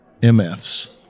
mfs